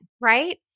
right